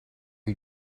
you